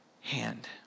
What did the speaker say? hand